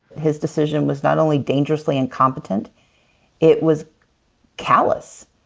his decision was not only dangerously incompetent it was callous.